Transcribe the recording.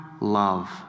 love